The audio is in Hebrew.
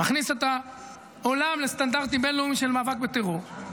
מכניס את העולם לסטנדרטים בין-לאומיים של מאבק בטרור.